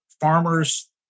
farmers